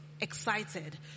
excited